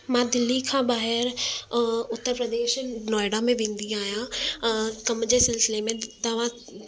मां दिल्ली खां ॿाहिरि उत्तर प्रदेश नोएडा में वेंदी आहियां कम जे सिलसिले में तव्हां